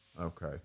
Okay